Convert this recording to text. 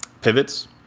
pivots